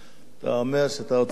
אתה אומר שאתה רוצה להקפיד,